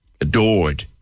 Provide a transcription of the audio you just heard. adored